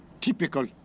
Typical